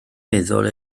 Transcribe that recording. meddwl